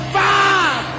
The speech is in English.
five